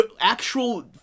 Actual